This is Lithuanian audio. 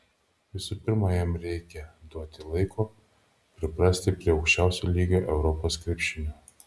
visų pirma jam reikia duoti laiko priprasti prie aukščiausio lygio europos krepšinio